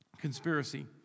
Conspiracy